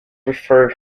refer